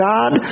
God